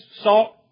salt